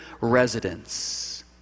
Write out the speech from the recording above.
residents